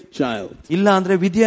child